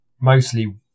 mostly